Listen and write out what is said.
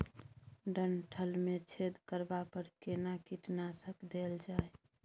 डंठल मे छेद करबा पर केना कीटनासक देल जाय?